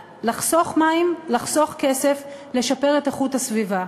לחסוך מים, לחסוך כסף, לשפר את איכות הסביבה.